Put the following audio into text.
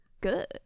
good